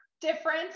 different